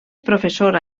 professora